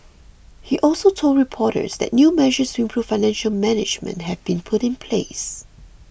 he also told reporters that new measures to improve financial management have been put in place